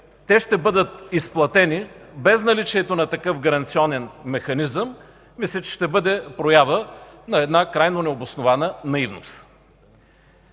те ще бъдат изплатени без наличието на такъв гаранционен механизъм, мисля, че ще бъде проява на една крайно необоснована наивност.